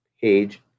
Page